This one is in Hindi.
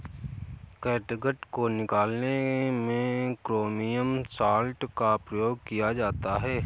कैटगट को निकालने में क्रोमियम सॉल्ट का प्रयोग किया जाता है